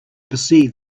perceived